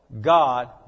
God